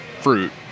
fruit